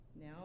Now